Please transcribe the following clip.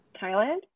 thailand